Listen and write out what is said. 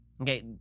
Okay